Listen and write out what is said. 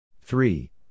Three